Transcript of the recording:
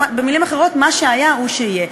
במילים אחרות: מה שהיה הוא שיהיה.